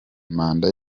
manda